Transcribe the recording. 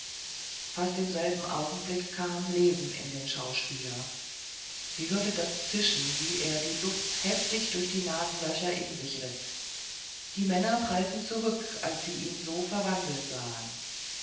fast im selben augenblick kam leben in den schauspieler sie hörte das zischen wie er die luft heftig durch die nasenlöcher in sich riß die männer prallten zurück als sie ihn so verwandelt sahen